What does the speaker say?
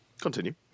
Continue